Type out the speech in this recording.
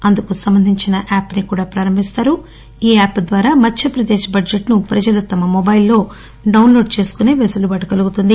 అందుకు సంబంధించిన యాప్ ని కూడా ప్రారంభిస్తారు ఈ యాప్ ద్వారా మధ్యప్రదేశ్ బడ్జెట్సు ప్రజలు తమ మొబైల్పో డాన్లోడ్ చేసుకునే వెసులుబాటు కలుగుతుంది